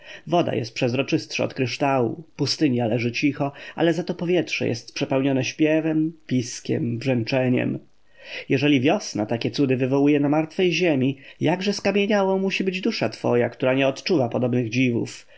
woda jest przezroczystsza od kryształu pustynia leży cicha ale zato powietrze jest przepełnione śpiewem piskiem brzęczeniem jeżeli wiosna takie cudy wywołuje na martwej ziemi jakże skamieniałą musi być dusza twoja która nie odczuwa podobnych dziwów